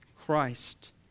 Christ